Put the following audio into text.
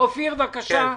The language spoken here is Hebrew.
אופיר כץ, בבקשה.